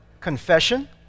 confession